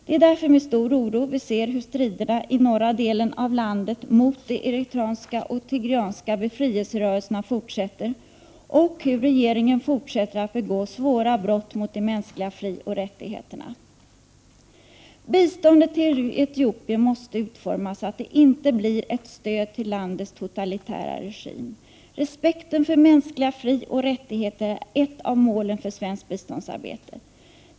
Det är därför med stor oro vi ser hur striderna i norra delen av landet mot de eritreanska och tigreanska befrielserörelserna fortsätter, och hur regeringen fortsätter att begå svåra brott mot de mänskliga frioch rättigheterna. Biståndet till Etiopien måste utformas så att det inte blir ett stöd till landets totalitära regim. Respekten för mänskliga frioch rättigheter är ett av målen för svenskt biståndsarbete.